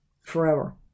forever